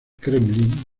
kremlin